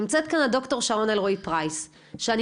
נמצאת כאן ד"ר שרון אלרעי-פרייס שאני